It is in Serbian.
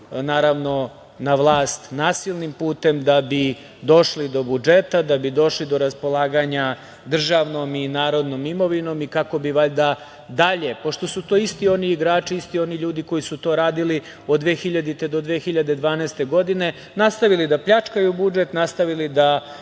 naravno, na vlast nasilnim putem, da bi došli do budžeta, da bi došli do raspolaganja državnom i narodnom imovinom i kako bi valjda dalje, pošto su to isti oni igrači, isti oni ljudi koji su to radili od 2000. do 2012. godine, nastavili da pljačkaju budžet, nastavili da